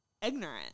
ignorant